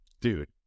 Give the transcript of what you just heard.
dude